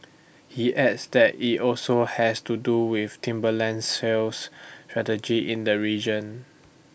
he adds that IT also has to do with Timberland's sales strategy in the region